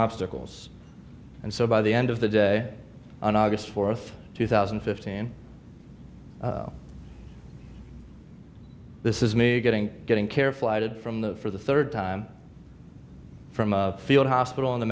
obstacles and so by the end of the day on august fourth two thousand and fifteen this is me getting getting care flighted from the for the third time from field hospital in the